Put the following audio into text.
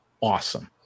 awesome